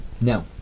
No